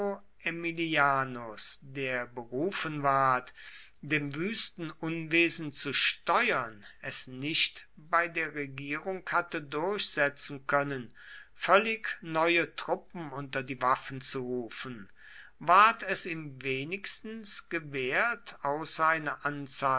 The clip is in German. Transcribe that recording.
aemilianus der berufen ward dem wüsten unwesen zu steuern es nicht bei der regierung hatte durchsetzen können völlig neue truppen unter die waffen zu rufen ward es ihm wenigstens gewährt außer einer